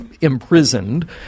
imprisoned